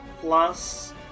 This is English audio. plus